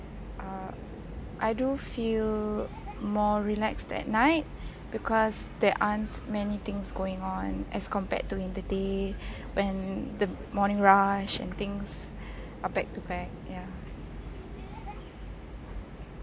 uh I do feel more relaxed at night because there aren't many things going on as compared to in the day when the morning rush and things are back to back ya